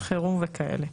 חירום וכאלה.